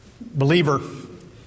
Believer